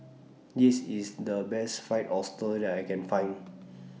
This IS The Best Fried Oyster that I Can Find